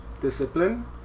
discipline